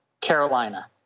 Carolina